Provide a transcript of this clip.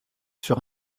sur